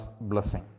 blessing